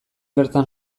bertan